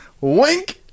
wink